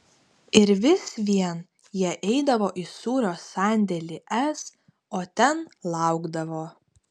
ir vis vien jie eidavo į sūrio sandėlį s o ten laukdavo